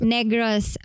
Negros